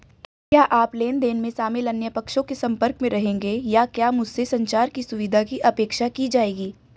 क्या आप लेन देन में शामिल अन्य पक्षों के संपर्क में रहेंगे या क्या मुझसे संचार की सुविधा की अपेक्षा की जाएगी?